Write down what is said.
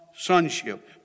Sonship